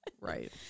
Right